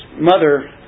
mother